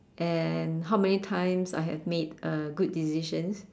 and how many times I have made uh good decisions